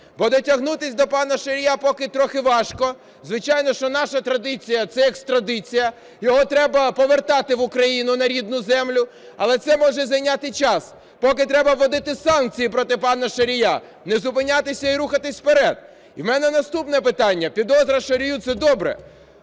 бо дотягнутися до пана Шарія поки трохи важко. Звичайно, що наша традиція – це екстрадиція, його треба повертати в Україну на рідну землю, але це може зайняти час. Поки треба вводити санкції проти пана Шарія, не зупинятися і рухатися вперед. І в мене наступне питання. Підозра Шарію – це добре,